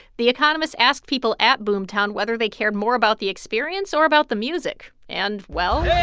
the economist asked people at boomtown whether they cared more about the experience or about the music, and, well.